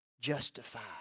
justified